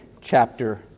chapter